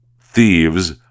thieves